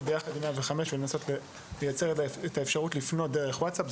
יחד איתם ולנסות לייצר את האפשרות לפנות דרך ווצאפ.